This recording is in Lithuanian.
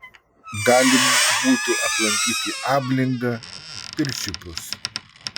galima būtų aplankyti ablingą pirčiupius